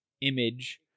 image